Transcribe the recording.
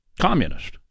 Communist